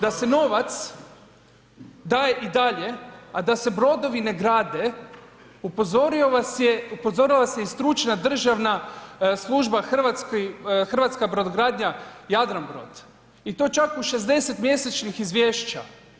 Da se novac daje i dalje, a da se brodovi ne grade, upozorila vas je i stručna državna služba Hrvatska brodogradnja-Jadranbrod i to čak u 60 mjesečnih izvješća.